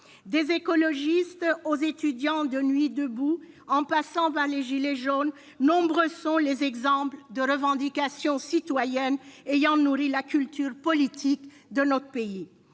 Des écologistes aux étudiants de Nuit debout, en passant par les « gilets jaunes », nombreux sont les exemples de revendications citoyennes ayant nourri la culture politique de notre pays.